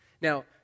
Now